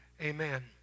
Amen